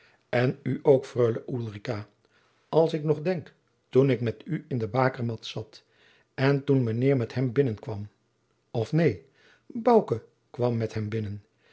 en u ook freule ulrica als ik nog denk toen ik met u in den bakermat zat en toen mijnheer met hem binnenkwam of neen bouke kwam met hem binnen